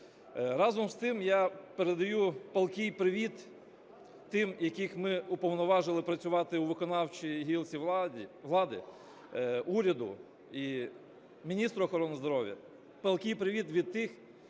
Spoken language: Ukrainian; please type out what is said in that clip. Разом з тим я передаю палкий привіт тим, яких ми уповноважили працювати у виконавчій гілці влади, уряду і міністру охорони здоров'я, палкий привіт від тих,